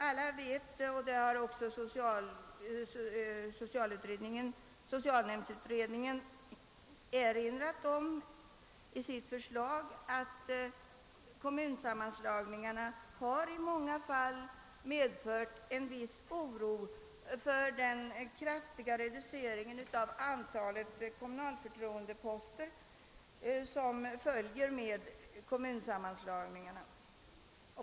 Alla vet — och det har också socialutredningen erinrat om i sitt förslag — att kommunsammanslagningarna i många fall har medfört en viss oro för den kraftiga reducering av antalet kommunala förtroendeposter som blir en följd av kommunsammanslagningarna.